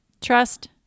trust